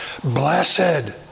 Blessed